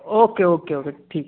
okay okay okay ठीक है